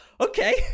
okay